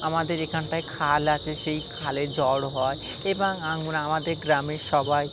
আমাদের এখানটায় খাল আছে সেই খালে জল হয় এবং আমরা আমাদের গ্রামের সবাই